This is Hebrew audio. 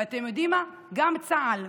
ואתם יודעים מה, גם צה"ל,